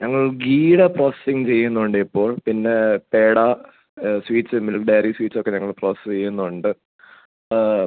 ഞങ്ങൾ ഗീയുടെ പ്രോസസ്സിംഗ് ചെയ്യുന്നുണ്ട് ഇപ്പോൾ പിന്നെ പേട സ്വീറ്റ്സെമ്മിലും ഡയറി സ്വീറ്റ്സ് ഒക്കെ ഞങ്ങൾ പ്രോസസ്സ് ചെയ്യുന്നുണ്ട്